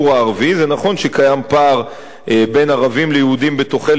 נכון שיש פער בין ערבים ליהודים בתוחלת החיים,